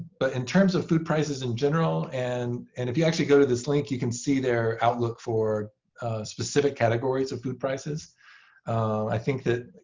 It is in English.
but in terms of food prices in general and if you actually go to this link you can see their outlook for specific categories of food prices i think that,